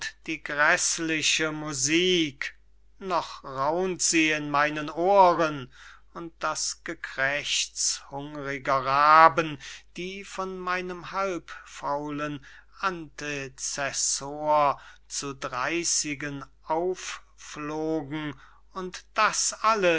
die gräßliche musik noch raunt sie in meinen ohren und das gekrächz hungriger raben die an meinem halbfaulen antezessor zu dreysigen hiengen und das alles